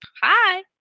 Hi